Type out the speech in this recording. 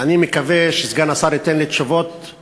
ואני מקווה שסגן השר ייתן לי תשובות על